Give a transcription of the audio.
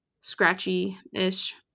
scratchy-ish